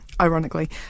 ironically